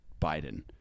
biden